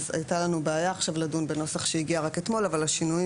הייתה לנו בעיה לדון בנוסח שהגיע רק אתמול אבל השינויים